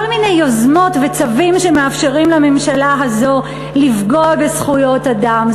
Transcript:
כל מיני יוזמות וצווים שמאפשרים לממשלה הזו לפגוע בזכויות אדם.